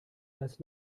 als